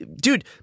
dude